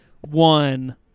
one